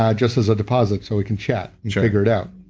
yeah just as a deposit so we can chat and figure it out.